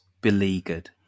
beleaguered